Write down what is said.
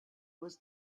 was